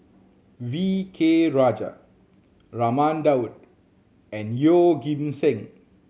V K Rajah Raman Daud and Yeoh Ghim Seng